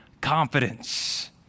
confidence